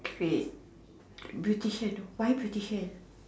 great beautician why beautician